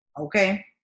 okay